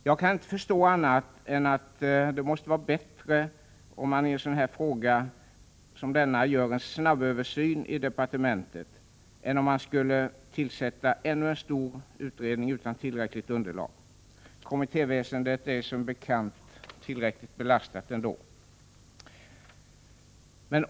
Jag kan inte förstå annat än att det måste vara bättre om man i en sådan fråga som denna gör en snabböversyn i departementet än om man skulle tillsätta ännu en stor utredning utan tillräckligt underlag. Kommittéväsendet är som bekant tillräckligt belastat ändå.